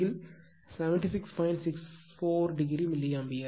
64o milliampere